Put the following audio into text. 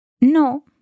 No